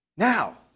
Now